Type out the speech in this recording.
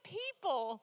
people